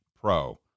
pro